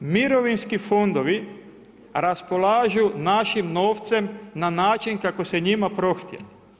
Mirovinski fondovi raspolažu našim novcem na način kako se njima prohtije.